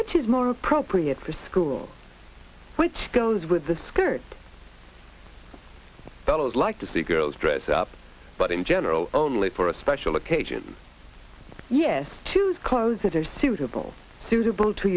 which is more appropriate for school which goes with the skirt follows like to see girls dress up but in general only for a special occasion yes to use clothes are suitable suitable to